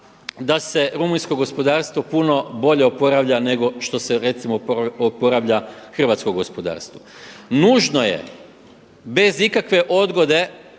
da se rumunjsko gospodarstvo puno bolje oporavlja nego što se recimo oporavlja hrvatsko gospodarstvo. Nužno je bez ikakve odgode